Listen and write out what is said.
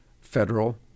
federal